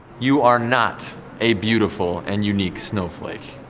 you are not a beautiful and unique snowflake.